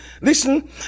listen